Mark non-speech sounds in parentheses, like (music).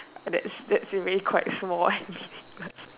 that's that's really quite small (laughs)